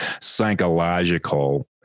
psychological